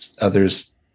others